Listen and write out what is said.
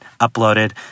uploaded